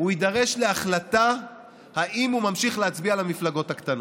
הוא יידרש להחלטה אם הוא ממשיך להצביע למפלגות הקטנות,